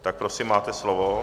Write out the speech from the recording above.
Tak prosím, máte slovo.